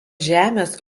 žemės